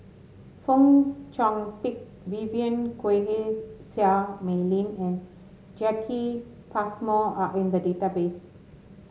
Fong Chong Pik Vivien Quahe Seah Mei Lin and Jacki Passmore are in the database